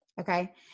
Okay